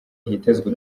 hitezwe